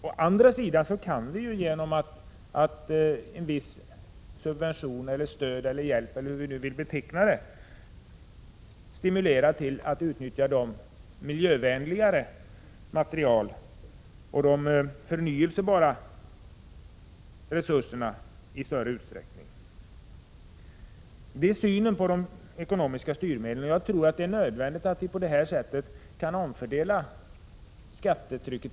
Å andra sidan kan vi genom subventioner, stöd eller hjälp stimulera människor till att utnyttja de miljövänligare materialen och de förnybara resurserna i större utsträckning. Då det gäller de ekonomiska styrmedlen tror vi att det är nödvändigt att omfördela skattetrycket.